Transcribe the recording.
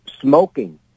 Smoking